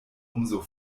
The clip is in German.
umso